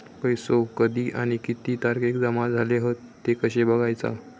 पैसो कधी आणि किती तारखेक जमा झाले हत ते कशे बगायचा?